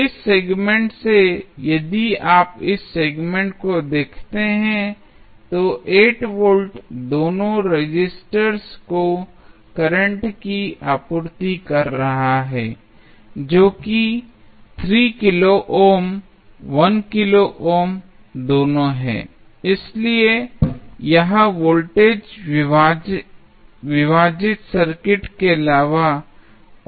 इस सेगमेंट से यदि आप इस सेगमेंट को देखते हैं तो 8 वोल्ट दोनों रेसिस्टर्स को करंट की आपूर्ति कर रहा है जो कि 3 किलो ओम 1 किलो ओम दोनों है इसलिए यह वोल्टेज विभाजित सर्किट के अलावा और कुछ नहीं है